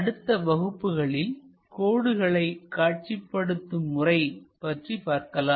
அடுத்த வகுப்புகளில் கோடுகளை காட்சிப்படுத்தும் முறை பற்றி பார்க்கலாம்